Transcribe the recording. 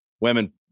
women